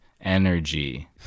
energy